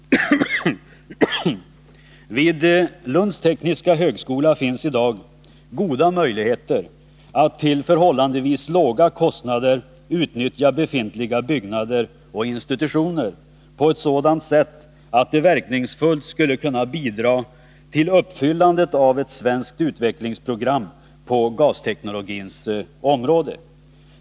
Vid Lunds tekniska högskola finns i dag goda möjligheter att till förhållandevis låga kostnader utnyttja befintliga byggnader och institutioner på ett sådant sätt att de verkningsfullt skulle kunna bidra till uppfyllandet av ett svenskt utvecklingsprogram på gasteknologins område.